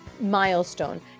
milestone